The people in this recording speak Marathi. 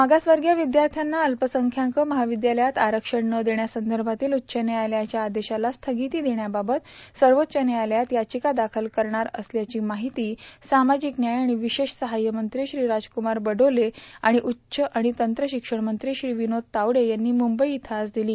मागासवर्गीय विद्यार्थ्यांना अल्पसंख्याक महाविद्यालयात आरक्षण न देण्यासंदर्भातील उच्च व्यायालयाच्या आदेशाला स्थगिती देण्याबाबत सर्वोच्व व्यायालयात याचिका दाखल करणार असल्याची माहिती सामाजिक व्याय आणि विशेष सहाय्य मंत्री श्री राजकूमार बडोले आणि उच्च आणि तंत्रशिक्षण मंत्री श्री विनोद तावडे यांनी मुंबई इथं आज दिली